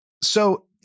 So-